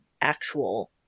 actual